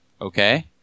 Okay